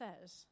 says